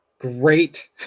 great